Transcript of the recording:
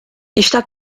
está